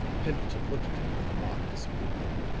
pendleton looked at him with mock disapproval.